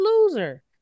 loser